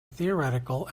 theoretical